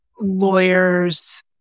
lawyers